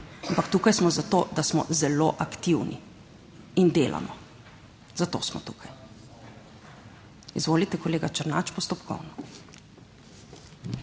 tukaj smo zato, da smo zelo aktivni in delamo, zato smo tukaj. Izvolite, kolega Černač, postopkovno.